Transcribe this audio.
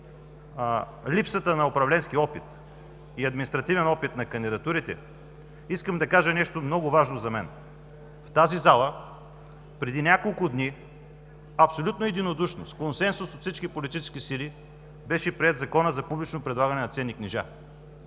липсата на управленски и административен опит на кандидатурите, искам да кажа нещо много важно. В тази зала преди няколко дни абсолютно единодушно, с консенсус от всички политически сили, беше приет Законът за публично предлагане на ценни книжа.